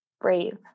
brave